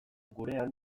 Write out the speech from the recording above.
gurean